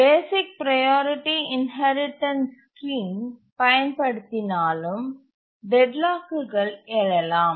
பேசிக் priority inheritance scheme பயன்படுத்தினாலும் டெட்லாக்குகள் எழலாம்